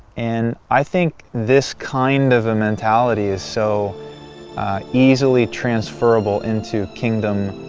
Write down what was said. and i think this kind of a mentality is so easily transferrable into kingdom,